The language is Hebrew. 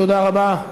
תודה רבה.